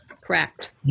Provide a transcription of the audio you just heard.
Correct